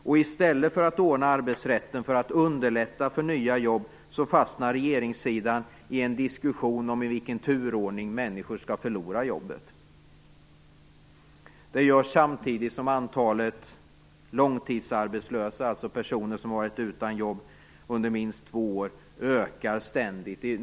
I stället för att ordna arbetsrätten för att underlätta för nya jobb fastnar regeringen i en diskussion om i vilken turordning människor skall förlora jobbet. Det görs samtidigt som antalet långtidsarbetslösa, alltså personer som har varit utan jobb under minst två år, ständigt ökar.